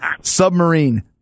Submarine